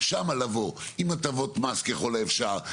שם לבוא עם הטבות מס ככל האפשר,